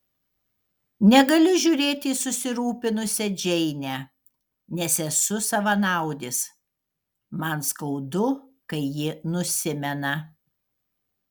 negaliu žiūrėti į susirūpinusią džeinę nes esu savanaudis man skaudu kai ji nusimena